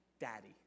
daddy